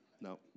No